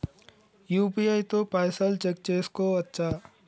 UPI తో పైసల్ check చేసుకోవచ్చా?